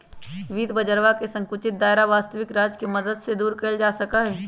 वित्त बाजरवा के संकुचित दायरा वस्तबिक राज्य के मदद से दूर कइल जा सका हई